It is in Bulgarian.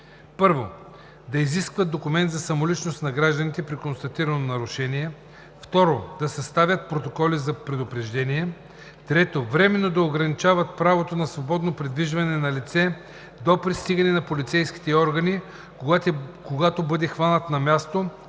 1. да изискат документ за самоличност на граждани при констатирано нарушение; 2. да съставят протоколи за предупреждение; 3. временно да ограничават правото на свободно придвижване на лице до пристигане на полицейските органи, когато бъде хванато на място